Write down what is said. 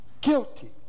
Guilty